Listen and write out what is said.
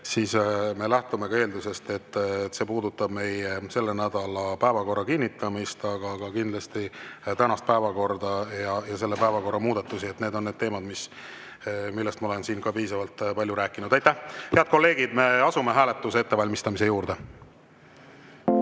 siis me lähtume eeldusest, et [küsimus] puudutab meie selle nädala päevakorra kinnitamist, aga kindlasti ka tänast päevakorda ja päevakorra muudatusi. Need on need teemad, millest ma olen siin ka piisavalt palju rääkinud. Aitäh! Head kolleegid, me asume hääletuse ettevalmistamise juurde. Head